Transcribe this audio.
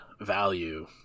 value